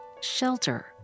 shelter